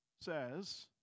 says